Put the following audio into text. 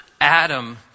Adam